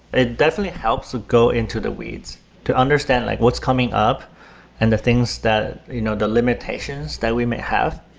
it definitely helps to go into the weeds to understand like what's coming up and the things that you know the limitations that we may have.